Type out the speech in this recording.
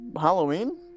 Halloween